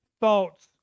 thoughts